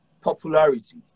popularity